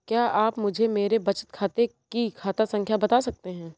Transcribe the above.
क्या आप मुझे मेरे बचत खाते की खाता संख्या बता सकते हैं?